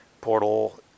Portal